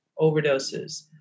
overdoses